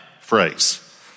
phrase